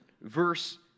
verse